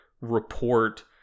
report